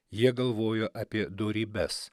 jie galvojo apie dorybes